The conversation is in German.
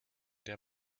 der